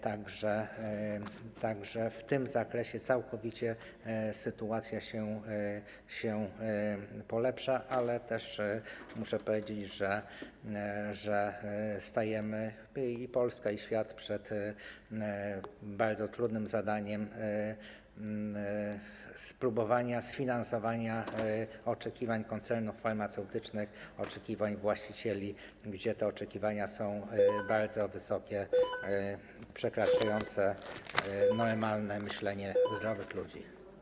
Tak że w tym zakresie sytuacja się polepsza, ale też muszę powiedzieć, że stajemy - i Polska, i świat - przed bardzo trudnym zadaniem spróbowania sfinansowania oczekiwań koncernów farmaceutycznych, oczekiwań właścicieli, gdzie te oczekiwania są bardzo wysokie, przekraczające normalne myślenie zdrowych ludzi.